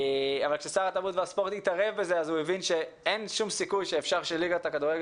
התערב בזה הוא הבין שאין שום סיכוי שליגת כדורגל